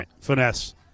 Finesse